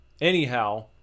Anyhow